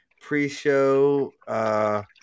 pre-show